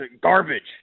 garbage